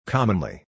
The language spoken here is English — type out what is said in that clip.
Commonly